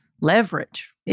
leverage